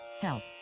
help